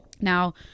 now